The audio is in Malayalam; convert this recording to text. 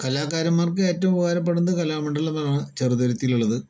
കലാകാരന്മാർക്ക് ഏറ്റവും ഉപകാരപ്പെടുന്ന കലാമണ്ഡലം തന്നെയാണ് ചെറുതുരുത്തിയിൽ ഉള്ളത്